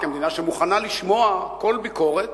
כמדינה שמוכנה לשמוע כל ביקורת,